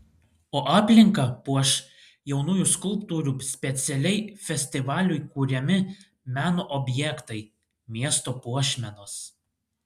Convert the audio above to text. o aplinką puoš jaunųjų skulptorių specialiai festivaliui kuriami meno objektai miesto puošmenos